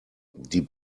die